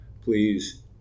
Please